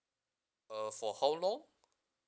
uh for how long